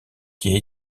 qui